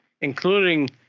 including